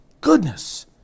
goodness